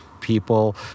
people